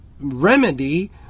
remedy